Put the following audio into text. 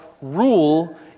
rule